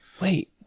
Wait